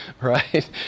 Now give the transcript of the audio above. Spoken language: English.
right